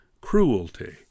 cruelty